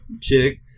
chick